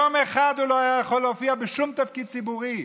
יום אחד הוא לא יוכל להופיע, בשום תפקיד ציבורי.